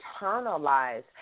internalize